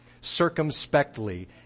Circumspectly